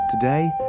Today